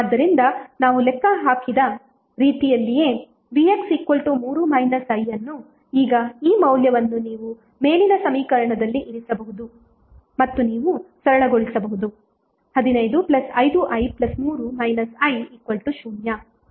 ಆದ್ದರಿಂದ ನಾವು ಲೆಕ್ಕ ಹಾಕಿದ ರೀತಿಯಲ್ಲಿಯೇ vx 3 i ಅನ್ನು ಈಗ ಈ ಮೌಲ್ಯವನ್ನು ನೀವು ಮೇಲಿನ ಸಮೀಕರಣದಲ್ಲಿ ಇರಿಸಬಹುದು ಮತ್ತು ನೀವು ಸರಳಗೊಳಿಸಬಹುದು